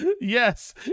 yes